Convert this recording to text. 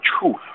truth